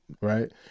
right